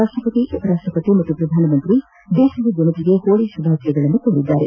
ರಾಷ್ಟ್ರಪತಿ ಉಪರಾಷ್ಟ್ರಪತಿ ಮತ್ತು ಪ್ರಧಾನಮಂತ್ರಿ ದೇಶದ ಜನತೆಗೆ ಶುಭಾಶಯ ಕೋರಿದ್ದಾರೆ